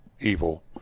evil